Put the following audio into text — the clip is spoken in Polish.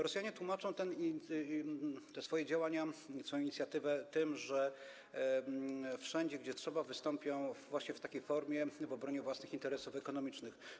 Rosjanie tłumaczą swoje działania, swoją inicjatywę tym, że wszędzie, gdzie trzeba, wystąpią właśnie w takiej formie w obronie własnych interesów ekonomicznych.